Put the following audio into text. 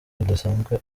budasanzwe